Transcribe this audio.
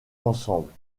ensembles